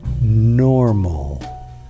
normal